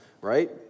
right